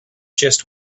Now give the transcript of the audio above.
just